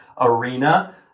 arena